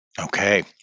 Okay